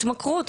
התמכרות,